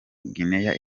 guinea